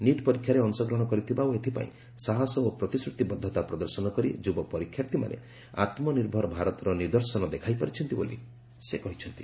neat ପରୀକ୍ଷାରେ ଅଂଶଗ୍ରହଣ କରିଥିବା ଓ ଏଥିପାଇଁ ସାହସ ଓ ପ୍ରତିଶ୍ରତିବଦ୍ଧତା ପ୍ରଦର୍ଶନ କରି ଯୁବ ପରୀକ୍ଷାର୍ଥୀମାନେ ଆତ୍ମନିର୍ଭର ଭାରତର ନିଦର୍ଶନ ଦେଖାଇପାରିଛନ୍ତି ବୋଲି ସେ କହିଛନ୍ତି